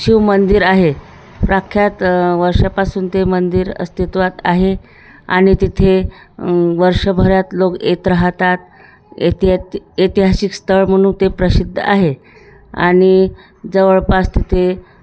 शिवमंदिर आहे प्रख्यात वर्षापासून ते मंदिर अस्तित्वात आहे आणि तिथे वर्षभरात लोक येत राहतात एतियात ऐतिहासिक स्थळ म्हणून ते प्रसिद्ध आहे आणि जवळपास तिथे